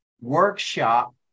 workshop